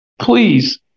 please